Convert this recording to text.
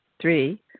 Three